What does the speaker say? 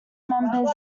members